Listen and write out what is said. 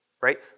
right